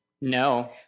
No